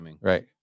Right